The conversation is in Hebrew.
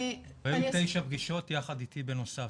היו 9 פגישות יחד איתי בנוסף,